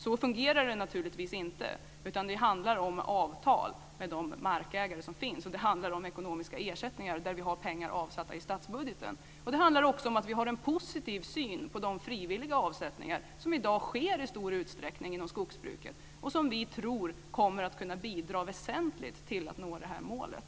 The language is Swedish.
Så fungerar det naturligtvis inte. Det handlar om avtal med de markägare som finns. Det handlar om ekonomiska ersättningar för vilka vi har pengar avsatta i statsbudgeten. Det handlar också om att vi har en positiv syn på de frivilliga avsättningar som i dag sker i stor utsträckning inom skogsbruket och som vi tror kommer att kunna bidra väsentligt till att vi kan nå det här målet.